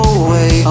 away